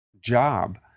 job